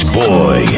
boy